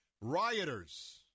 Rioters